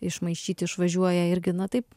išmaišyt išvažiuoja irgi na taip